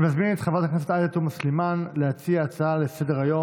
אני מזמין את חברת הכנסת עאידה תומאס סלימאן להציע הצעה לסדר-היום,